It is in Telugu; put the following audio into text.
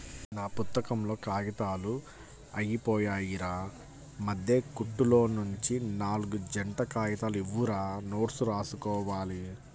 నా పుత్తకంలో కాగితాలు అయ్యిపొయ్యాయిరా, మద్దె కుట్టులోనుంచి నాల్గు జంట కాగితాలు ఇవ్వురా నోట్సు రాసుకోవాలి